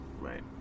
Right